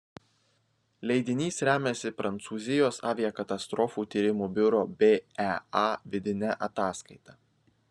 leidinys remiasi prancūzijos aviakatastrofų tyrimų biuro bea vidine ataskaita